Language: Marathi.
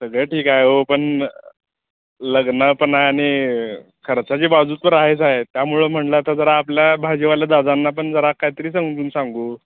सगळं ठीक आहे ओ पण लग्न पण आहे आणि खर्चाची बाजू तर आहेच आहे त्यामुळं म्हणलं तर जरा आपल्या भाजीवाल्या दादांना पण जरा काय तरी समजून सांगू